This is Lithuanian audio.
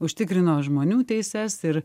užtikrino žmonių teises ir